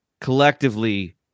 collectively